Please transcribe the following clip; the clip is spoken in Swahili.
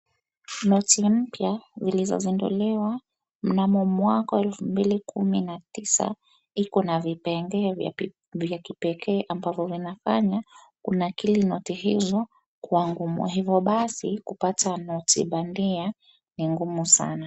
Noti mpya zilizozinduliwa mnamo mwaka wa elfu mbili kumi na tisa iko na vipengee vya kipekee ambavyo vinafanya kunakili noti hizo kuwa ngumu. Hivyo basi, kupata noti bandia ni ngumu sana.